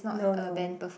no no